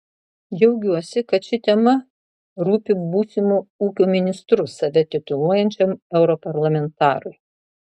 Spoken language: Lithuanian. džiaugiuosi kad ši tema rūpi būsimu ūkio ministru save tituluojančiam europarlamentarui